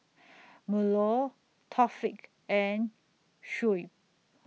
Melur Taufik and Shuib